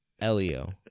Elio